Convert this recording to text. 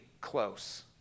close